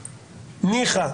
ניחא,